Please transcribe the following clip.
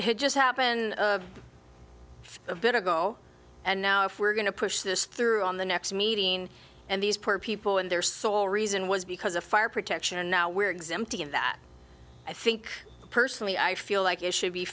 had just happened a bit ago and now if we're going to push this through on the next meeting and these poor people and their sole reason was because of fire protection and now we're exempt of that i think personally i feel like it should be